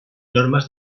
normes